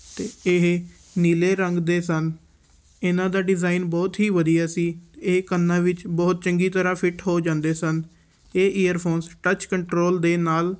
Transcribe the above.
ਅਤੇ ਇਹ ਨੀਲੇ ਰੰਗ ਦੇ ਸਨ ਇਹਨਾਂ ਦਾ ਡਿਜ਼ਾਇਨ ਬਹੁਤ ਹੀ ਵਧੀਆ ਸੀ ਅਤੇ ਇਹ ਕੰਨਾਂ ਵਿੱਚ ਬਹੁਤ ਚੰਗੀ ਤਰ੍ਹਾਂ ਫਿੱਟ ਹੋ ਜਾਂਦੇ ਸਨ ਇਹ ਈਅਰਫੋਨ ਟਚ ਕੰਟਰੋਲ ਦੇ ਨਾਲ